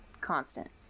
constant